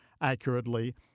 accurately